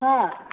ꯍꯥ